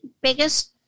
biggest